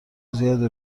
زیادی